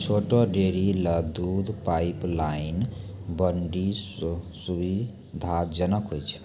छोटो डेयरी ल दूध पाइपलाइन बड्डी सुविधाजनक होय छै